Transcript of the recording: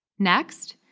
next,